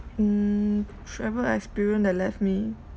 mm travel experience that left me